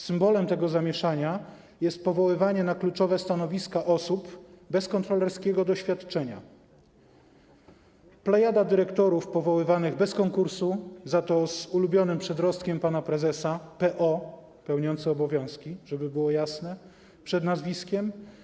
Symbolem tego zamieszania jest powoływanie na kluczowe stanowiska osób bez kontrolerskiego doświadczenia, plejada dyrektorów powoływanych bez konkursu, za to z ulubionym przedrostkiem pana prezesa: p.o. - pełniący obowiązki, żeby było jasne - przed nazwiskiem.